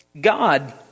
God